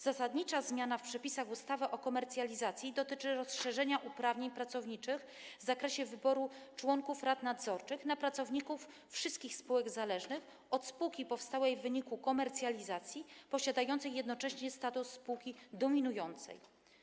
Zasadnicza zmiana w przepisach ustawy o komercjalizacji dotyczy rozszerzenia uprawnień pracowniczych w zakresie wyboru członków rad nadzorczych na pracowników wszystkich spółek zależnych od spółki powstałej w wyniku komercjalizacji, posiadającej jednocześnie status spółki dominującej.